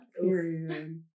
period